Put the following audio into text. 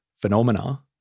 phenomena